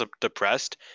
Depressed